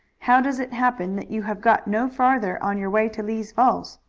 how does it happen that you have got no farther on your way to lee's falls?